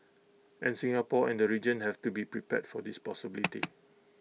and Singapore and the region have to be prepared for this possibility